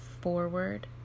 forward